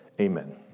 Amen